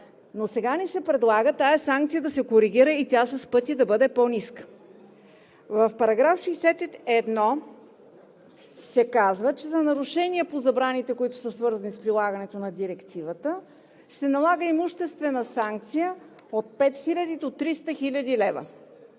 Но сега ни се предлага тази санкция да се коригира и тя с пъти да бъде по-ниска. В § 61 се казва, че за нарушения по забраните, които са свързани с прилагането на Директивата, се налага имуществена санкция от 5000 до 300 000 лв.